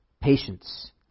Patience